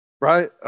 Right